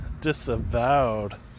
disavowed